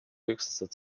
höchstens